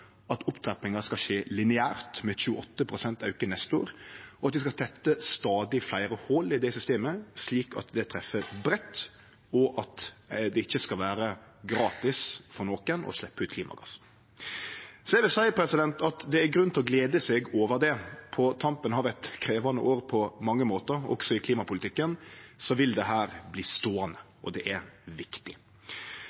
at opptrappinga skal skje lineært, med 28 pst. auke neste år, og at vi skal tette stadig fleire hòl i det systemet, slik at det treffer breitt og det ikkje skal vere gratis for nokon å sleppe ut klimagassar. Så eg vil seie at det er grunn til å gle seg over det. På tampen av eit krevjande år på mange måtar, også i klimapolitikken, vil dette verte ståande, og det